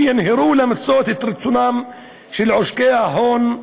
שינהרו למצות את רצונם של עושקי ההון,